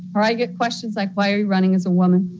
or i get questions like, why are you running as a woman?